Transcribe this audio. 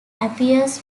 appears